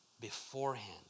beforehand